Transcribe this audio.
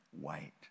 white